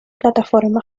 plataforma